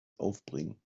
aufbringen